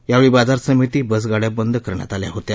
यावेळी बाजार समिती बसगाड्या बंद करण्यात आल्या होत्या